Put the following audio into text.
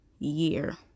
year